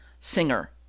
singer